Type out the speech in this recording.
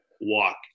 walk